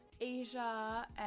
Asia